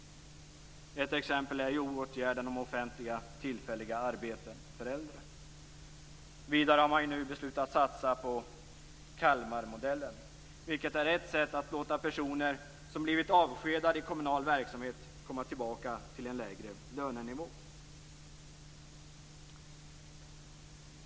Ett exempel på denna politik är åtgärden om offentliga tillfälliga arbeten för äldre. Vidare har man nu beslutat att satsa på "Kalmarmodellen", vilket är ett sätt att låta personer som blivit avskedade i kommunal verksamhet komma tillbaka till en lägre lönenivå.